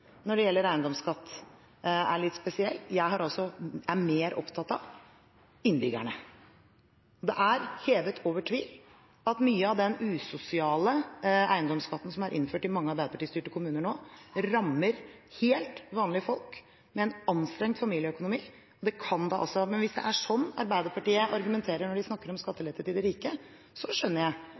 når det gjelder eiendomsskatt, er litt spesiell. Jeg er mer opptatt av innbyggerne. Det er hevet over tvil at mye av den usosiale eiendomsskatten som er innført i mange Arbeiderparti-styrte kommuner nå, rammer helt vanlige folk med en anstrengt familieøkonomi – det kan den altså. Hvis det er sånn Arbeiderpartiet argumenterer når de snakker om skattelette til de rike, skjønner jeg